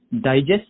digest